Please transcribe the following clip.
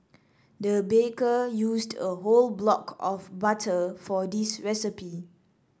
the baker used a whole block of butter for this recipe